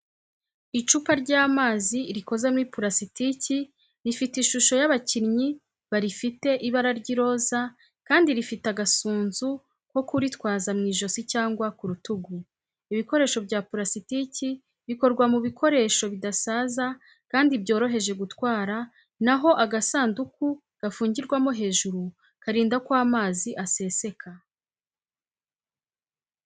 Icupa ry’amazi rikoze muri purasitiki rifite ishusho y’abakinnyi ba rifite ibara ry'iroza kandi rifite agasunzu ko kuritwaza mu ijosi cyangwa ku rutugu. Ibikoresho bya purasitiki bikorwa mu bikoresho bidasaza kandi byoroheje gutwara na ho agasanduku gafungirwamo hejuru karinda ko amazi aseseka.